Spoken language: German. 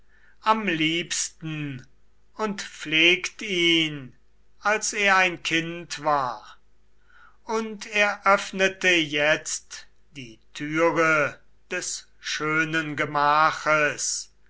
am liebsten und pflegt ihn als er ein kind war und er öffnete jetzt die türe des schönen gemaches